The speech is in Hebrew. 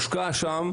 ליוקרתי ונחשב,